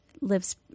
lives